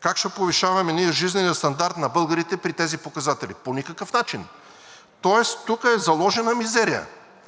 как ще повишаваме ние жизнения стандарт на българите при тези показатели? По никакъв начин! Тоест тук е заложена мизерия,